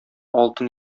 алтын